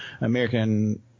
American